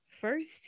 first